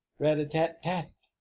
rat-a-tat-tat-tat!